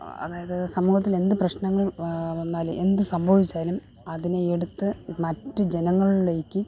അതായത് സമൂഹത്തിൽ എന്ത് പ്രശ്നങ്ങൾ വന്നാലും എന്ത് സംഭവിച്ചാലും അതിനെ എടുത്ത് മറ്റ് ജനങ്ങളിലേക്ക്